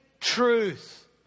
truth